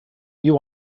you